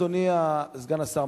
אדוני סגן השר,